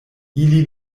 ili